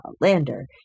lander